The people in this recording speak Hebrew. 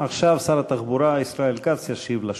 עכשיו שר התחבורה ישראל כץ ישיב לשואלים.